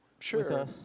Sure